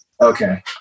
Okay